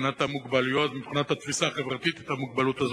מבחינת המוגבלויות ומבחינת התפיסה החברתית את המוגבלות הזאת,